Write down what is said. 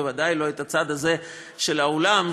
בוודאי לא את הצד הזה של האולם,